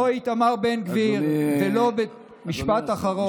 משפט אחרון.